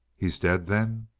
he's dead, then?